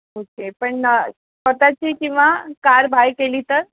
okay पण स्वतःची किंवा कार बाय केली तर